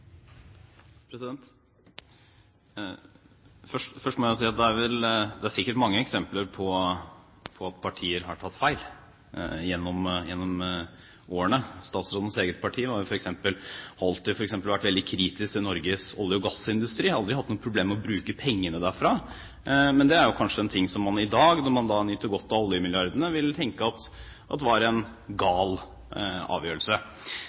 mange eksempler på at partier har tatt feil gjennom årene. Statsrådens eget parti har jo f.eks. alltid vært veldig kritisk til Norges olje- og gassindustri, men de har aldri hatt noe problem med å bruke pengene derfra. Det er jo kanskje noe som man i dag, når man nyter godt av oljemilliardene, vil tenke var en gal avgjørelse. Så må jeg si at jeg er veldig glad for at